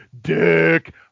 dick